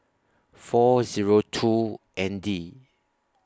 four Zero two N D